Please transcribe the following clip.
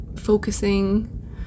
focusing